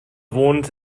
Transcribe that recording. wohnt